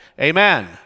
Amen